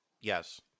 Yes